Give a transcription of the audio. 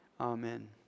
Amen